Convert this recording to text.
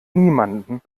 niemanden